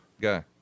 guy